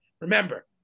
Remember